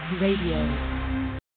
Radio